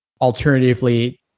Alternatively